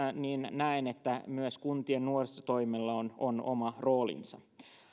näen että myös kuntien nuorisotoimella on on oma roolinsa